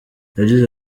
yagize